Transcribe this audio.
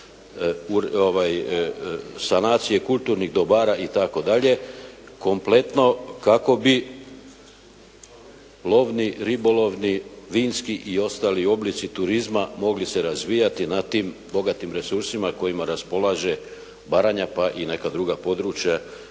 sanacije kulturnih dobara itd., kompletno kako bi lovni ribolovni vinski i ostali oblici turizma mogli se razvijati na tim bogatim resursima kojima raspolaže Baranja pa i neka druga područja